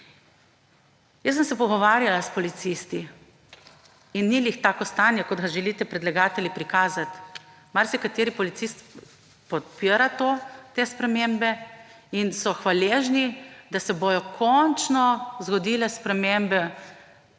Jaz sem se pogovarjala s policisti in ni ravno tako stanje, kot ga želite predlagatelji prikazati. Marsikateri policist podpira te spremembe in so hvaležni, da se bodo končno zgodile spremembe